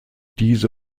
diese